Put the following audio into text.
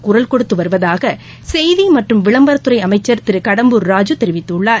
குரல் கொடுத்துவருவதாகசெய்திமற்றும் விளம்பரத்துறைஅமைச்சர் திருகடம்பூர் ராஜு தெரிவித்துள்ளார்